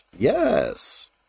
Yes